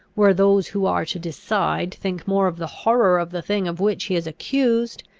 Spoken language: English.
where those who are to decide think more of the horror of the thing of which he is accused,